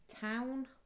town